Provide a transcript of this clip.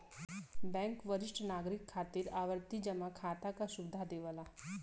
bank वरिष्ठ नागरिक खातिर आवर्ती जमा खाता क सुविधा देवला